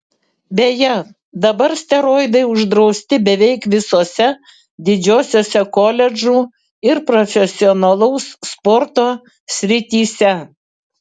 beje dabar steroidai uždrausti beveik visose didžiosiose koledžų ir profesionalaus sporto srityse